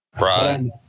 Right